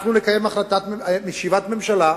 אנחנו נקיים ישיבת ממשלה.